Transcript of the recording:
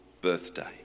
birthday